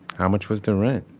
how much was the rent?